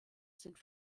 sind